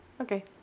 Okay